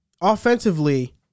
offensively